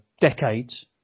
decades